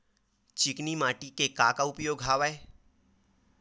चिकनी माटी के का का उपयोग हवय?